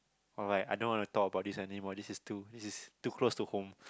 alright I don't wanna talk about this anymore this is too this is too close to home